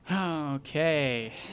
Okay